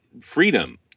freedom